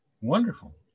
Wonderful